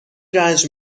رنج